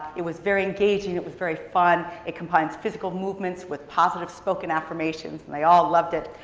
it was very engaging, it was very fun. it combines physical movements with positive spoken affirmations, and they all loved it.